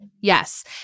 Yes